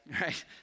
Right